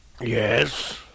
Yes